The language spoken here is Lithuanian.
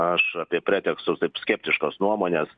aš apie pretekstus taip skeptiškos nuomonės